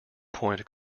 point